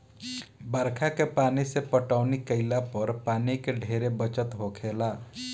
बरखा के पानी से पटौनी केइला पर पानी के ढेरे बचत होखेला